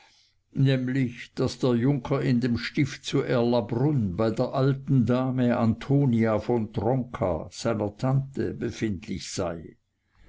nämlich daß der junker in dem stift zu erlabrunn bei der alten dame antonia von tronka seiner tante befindlich sei